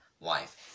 life